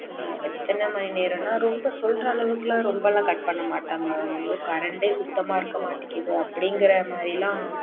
எத்தனை மணி நேரோம்னா ரொம்ப சொல்கிற அளவுக்கெல்லாம் ரொம்பலாம் கட் பண்ண மாட்டாங்க ஐயோ கரண்ட்டு சுத்தமாக இருக்க மாட்டேங்குது அப்படிங்கிற மாதிரிலாம்